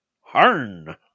Harn